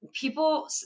People